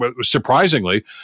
surprisingly